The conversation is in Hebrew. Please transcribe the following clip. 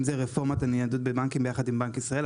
אם זה רפורמת הניידות בבנקים ביחד עם בנק ישראל,